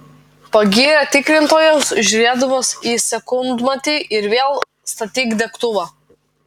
pagyrė tikrintojas žiūrėdamas į sekundmatį ir vėl statyk degtuvą